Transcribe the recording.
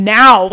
now